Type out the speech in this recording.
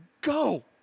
go